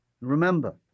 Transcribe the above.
Remember